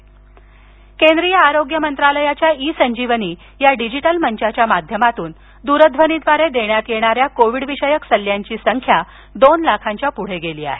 कोविडविषयक सल्ला केंद्रीय आरोग्य मंत्रालयाच्या ई संजीवनी या डिजिटल मंचाच्या माध्यमातून दूरध्वनीद्वारे देण्यात आलेल्या कोविडविषयक सल्ल्यांची संख्या दोन लाखांच्यावर गेली आहे